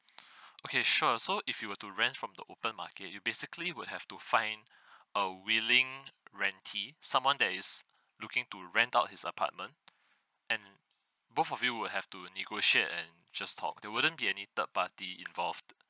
okay sure so if you were to rent from the open market you basically would have to find a willing rentee someone that is looking to rent out his apartment and both of you would have to negotiate and just talk there wouldn't be any third party involved